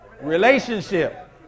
Relationship